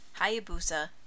Hayabusa